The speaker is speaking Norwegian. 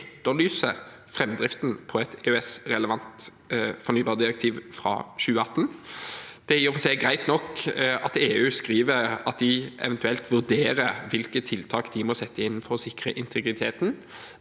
etterlyser framdriften på et EØS-relevant fornybardirektiv fra 2018. Det er i og for seg greit nok at EU skriver at de eventuelt vurderer hvilke tiltak de må sette inn for å sikre integriteten,